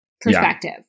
perspective